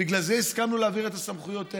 לכן הסכמנו להעביר את הסמכויות אליו.